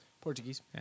Portuguese